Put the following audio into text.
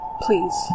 Please